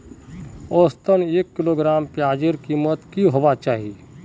औसतन एक किलोग्राम प्याजेर कीमत की होबे चही?